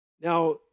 Now